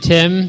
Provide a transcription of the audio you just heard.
Tim